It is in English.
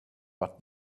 but